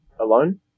alone